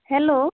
hello